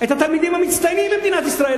את התלמידים המצטיינים במדינת ישראל,